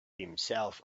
himself